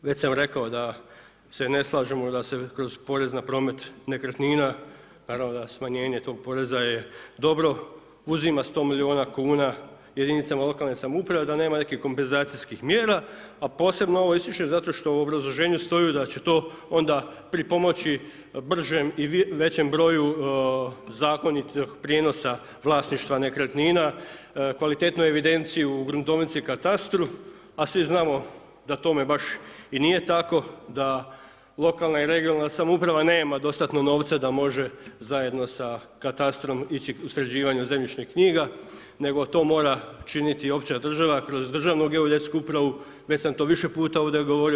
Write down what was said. Već sam rekao da se ne slažemo da se kroz porez na promet nekretnina, naravno da smanjenje toga poreza je dobro, uzima 100 milijuna kuna jedinicama lokalne samouprave, da nema nekih kompenzacijskih mjera, a posebno ovo ističem zato što u obrazloženju stoji da će to onda pripomoći bržem i većem broju zakonitog prijenosa vlasništva nekretnina, kvalitetnu evidenciju u gruntovnici, katastru, a svi znamo da tome baš i nije tako da lokalna i regionalna samouprava nema dostatno novca da može zajedno sa katastrom ići u sređivanje zemljišnih knjiga, nego to mora činiti općina, država, kroz državnu geodetsku upravu, već sam to više puta ovdje govorio.